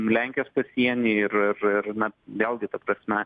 lenkijos pasieny ir ir na vėlgi ta prasme